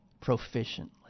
proficiently